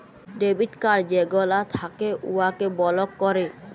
debit card যেগলা থ্যাকে উয়াকে বলক ক্যরে